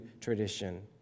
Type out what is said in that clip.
tradition